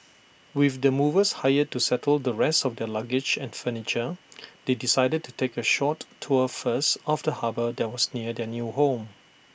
with the movers hired to settle the rest of their luggage and furniture they decided to take A short tour first of the harbour that was near their new home